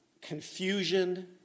confusion